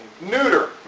neuter